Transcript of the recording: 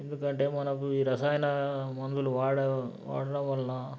ఎందుకంటే మనకు ఈ రసాయన మందులు వాడ వాడడం వలన